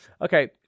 Okay